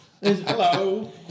Hello